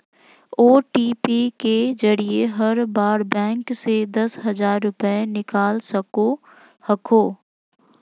OTP के जरिए हर बार बैंक से दस हजार रुपए निकाल सको हखो